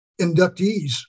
inductees